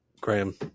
Graham